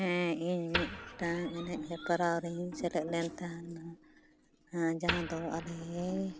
ᱦᱮᱸ ᱤᱧ ᱢᱤᱫᱴᱟᱝ ᱮᱱᱮᱡ ᱦᱮᱯᱨᱟᱣᱨᱮᱧ ᱥᱮᱞᱮᱫ ᱞᱮᱱ ᱛᱟᱦᱮᱱᱟ ᱦᱮ ᱸ ᱡᱟᱦᱟᱸ ᱫᱚ ᱟᱞᱮ